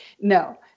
no